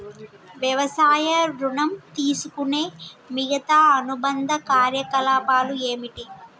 వ్యవసాయ ఋణం తీసుకునే మిగితా అనుబంధ కార్యకలాపాలు ఏమిటి?